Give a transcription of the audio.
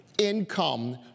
income